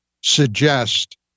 suggest